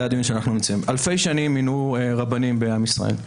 אלפי שנים מינו רבנים בעם ישראל,